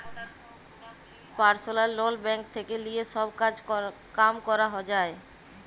personal loan bank থেক্যে লিয়ে সব কাজ কাম ক্যরা যায়